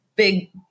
Big